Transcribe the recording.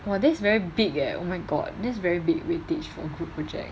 !wah! that's very big eh oh my god that's very big weightage for group project